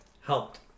helped